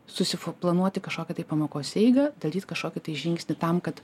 susfa planuoti kažkokią tai pamokos eigą daryt kažkokį tai žingsnį tam kad